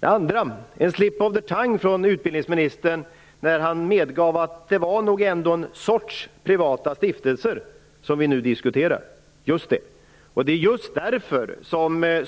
Det kom en slip of the tounge från utbildningsministern, när han medgav att det nog ändå är en sorts privata stiftelser som vi nu diskuterar. Just det. Det är just därför